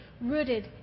rooted